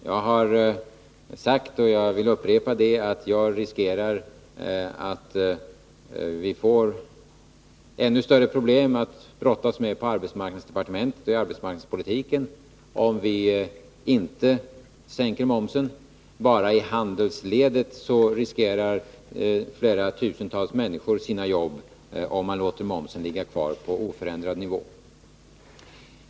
Jag har sagt — och jag vill upprepa det — att jag befarar att vi får ännu större problem att brottas med på arbetsmarknadsdepartementet och i arbetsmarknadspolitiken, om vi inte sänker momsen. Bara i handelsledet riskerar flera tusentals människor sina jobb, om man låter momsen ligga kvar på oförändrad nivå.